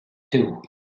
too